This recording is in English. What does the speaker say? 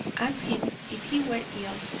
asked him if he were ill.